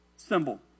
symbol